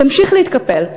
תמשיך להתקפל,